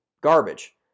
Garbage